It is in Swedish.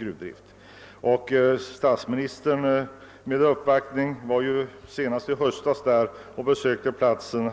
I höstas besökte statsministern med uppvaktning platsen